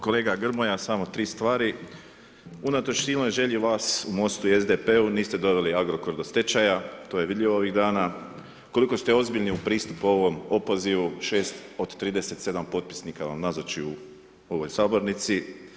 Kolega Grmoja samo 3 stvari, unatoč silnoj želji vas u Mostu i SDP-u niste doveli Agrokor do stečaja, to je vidljivo ovih dana, koliko ste ozbiljni pristupu ovom opozivu, 6 od 37 potpisnika vam nazoči u ovoj sabornici.